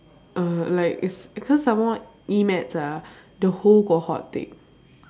err like because some more E maths ah the whole cohort take